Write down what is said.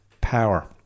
power